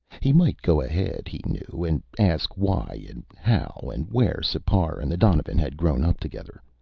he might go ahead, he knew, and ask why and how and where sipar and the donovan had grown up together,